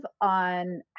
on